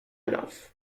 enough